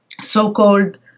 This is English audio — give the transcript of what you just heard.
so-called